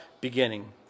beginning